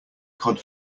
cod